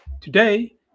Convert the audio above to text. Today